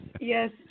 yes